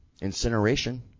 incineration